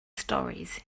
stories